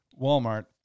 Walmart